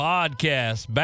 Podcast